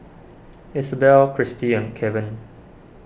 Isobel Christie and Keven